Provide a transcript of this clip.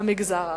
המגזר הערבי,